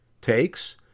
takes